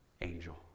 angel